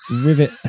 Rivet